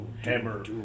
Hammer